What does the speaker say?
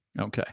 Okay